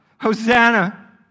Hosanna